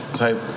type